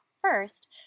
first